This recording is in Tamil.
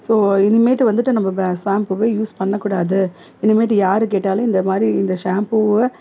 ஸோ இனிமேட்டு வந்துவிட்டு நம்ம ப ஷாம்புவே யூஸ் பண்ணக்கூடாது இனிமேட்டு யார் கேட்டாலும் இந்தமாதிரி இந்த ஷாம்பூவை